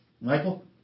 Michael